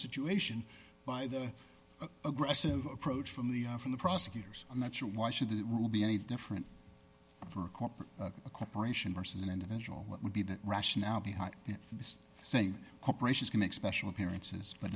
situation by the aggressive approach from the from the prosecutors i'm not sure why should the rule be any different for a corporate a corporation versus an individual what would be the rationale behind it just same corporations can make special appearances but